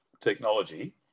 technology